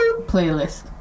Playlist